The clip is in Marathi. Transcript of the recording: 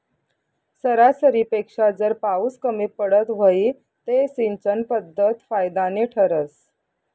सरासरीपेक्षा जर पाउस कमी पडत व्हई ते सिंचन पध्दत फायदानी ठरस